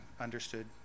understood